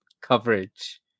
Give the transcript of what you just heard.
coverage